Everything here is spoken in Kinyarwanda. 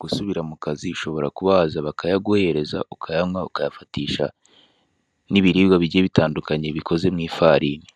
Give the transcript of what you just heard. gusubira mu kazi ushobora kuba waza bakayaguhereza ukayanywa ukayafatisha n'ibiribwa bigiye bitandukanye bikoze mu ifarini.